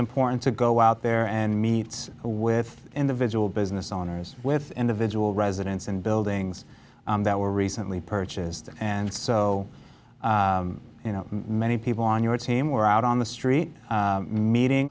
important to go out there and meets with individual business owners with individual residents and buildings that were recently purchased and so you know many people on your team were out on the street meeting